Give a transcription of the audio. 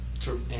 True